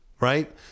Right